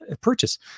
purchase